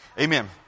Amen